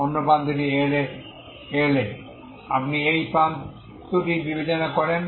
অন্য প্রান্তটি L এ আপনি এই এক প্রান্তটি বিবেচনা করেন